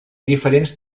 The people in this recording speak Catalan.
diferents